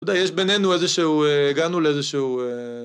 יודע, יש בינינו איזה שהוא... הגענו לאיזה שהוא...